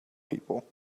people